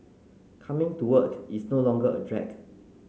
coming to work is no longer a drag